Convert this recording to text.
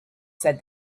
said